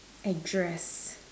address